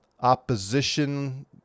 opposition